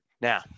Now